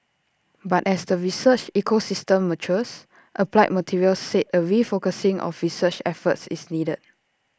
but as the research ecosystem matures applied materials said A refocusing of research efforts is needed